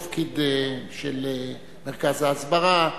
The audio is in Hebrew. זה תפקיד של מרכז ההסברה,